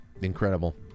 Incredible